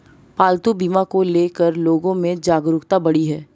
पालतू बीमा को ले कर लोगो में जागरूकता बढ़ी है